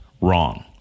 wrong